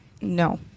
No